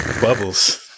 Bubbles